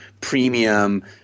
premium